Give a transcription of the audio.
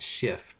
shift